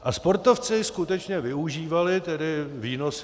A sportovci skutečně využívali výnosy.